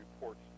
Reports